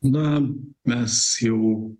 na mes jau